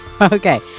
Okay